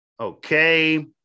Okay